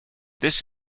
this